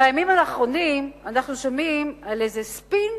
בימים האחרונים אנחנו שומעים על איזה ספין,